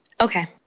Okay